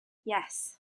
yes